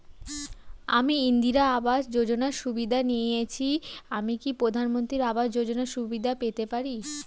আমি ইন্দিরা আবাস যোজনার সুবিধা নেয়েছি আমি কি প্রধানমন্ত্রী আবাস যোজনা সুবিধা পেতে পারি?